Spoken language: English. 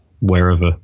wherever